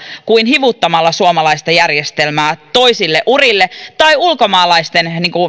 kuin hivuttamalla suomalaista järjestelmää toisille urille tai ulkomaalaisten